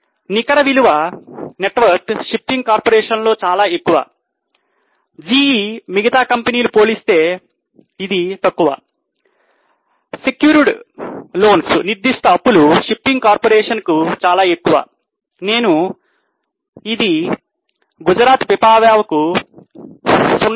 నికర విలువ shipping corporation కు చాలా ఎక్కువ నేను ఇది గుజరాత్ Pipavav కు 0 అనుకుంటున్నాను